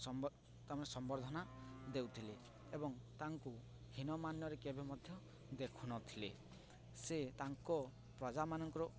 ସମ୍ ତମେ ସମ୍ବର୍ଦ୍ଧନା ଦେଉଥିଲେ ଏବଂ ତାଙ୍କୁ ହୀନମାନ୍ୟରେ କେବେ ମଧ୍ୟ ଦେଖୁନଥିଲେ ସେ ତାଙ୍କ ପ୍ରଜାମାନଙ୍କର